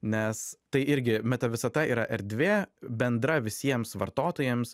nes tai irgi meta visata yra erdvė bendra visiems vartotojams